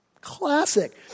classic